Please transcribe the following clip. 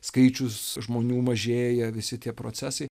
skaičius žmonių mažėja visi tie procesai